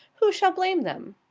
who shall blame them?